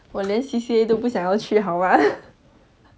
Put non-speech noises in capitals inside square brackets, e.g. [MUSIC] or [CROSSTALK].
我连 C_C_A 都不想要去好吗 [BREATH]